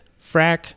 frack